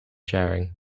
sharing